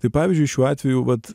tai pavyzdžiui šiuo atveju vat